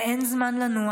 ואין זמן לנוח.